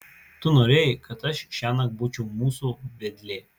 tu norėjai kad aš šiąnakt būčiau mūsų vedlė